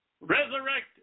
resurrected